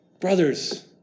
Brothers